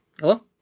Hello